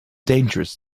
dangerous